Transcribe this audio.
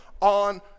on